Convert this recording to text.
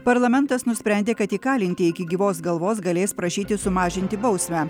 parlamentas nusprendė kad įkalintieji iki gyvos galvos galės prašyti sumažinti bausmę